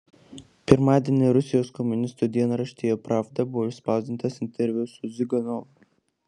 pirmadienį rusijos komunistų dienraštyje pravda buvo išspausdintas interviu su ziuganovu